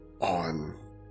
on